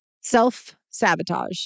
self-sabotage